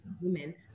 women